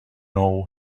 know